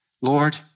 Lord